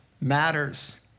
matters